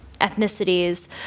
ethnicities